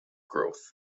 growth